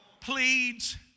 pleads